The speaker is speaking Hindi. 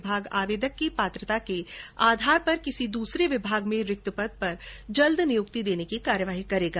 विभाग आवेदक की पात्रता के आधार पर किसी दूसरे विभाग में रिक्त पद पर जल्द नियुक्ति देने की कार्यवाही करेगा